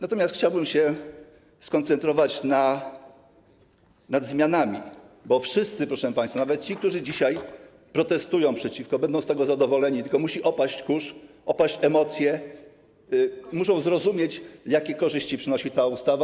Natomiast chciałbym się skoncentrować na zmianach, bo wszyscy, proszę państwa, nawet ci, którzy dzisiaj protestują przeciwko temu, będą z tego zadowoleni, tylko musi opaść kurz, muszą opaść emocje, muszą oni zrozumieć, jakie korzyści przynosi ta ustawa.